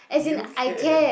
you care